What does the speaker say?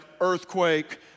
earthquake